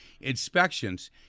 Inspections